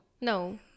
No